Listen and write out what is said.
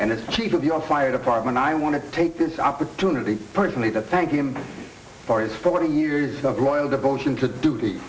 and its chief of the fire department i want to take this opportunity personally to thank him for his forty years of loyal devotion to duty